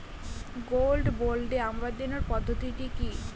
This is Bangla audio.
গোল্ড বন্ডে আবেদনের পদ্ধতিটি কি?